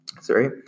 Sorry